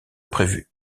prévu